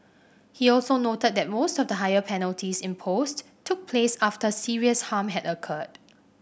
he also noted that most of the higher penalties imposed took place after serious harm had occurred